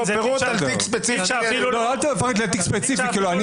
פירוט ספציפי --- אל תפרט ספציפי שלו,